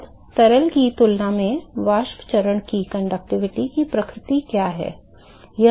अब तरल की तुलना में वाष्प चरण की चालकता की प्रकृति क्या है